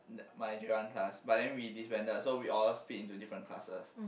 my J one class but then we disbanded so we all split into different classes